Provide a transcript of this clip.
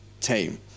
team